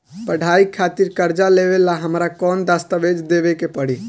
पढ़ाई खातिर कर्जा लेवेला हमरा कौन दस्तावेज़ देवे के पड़ी?